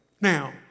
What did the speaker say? Now